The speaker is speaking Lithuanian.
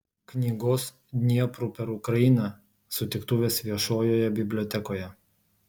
knygos dniepru per ukrainą sutiktuvės viešojoje bibliotekoje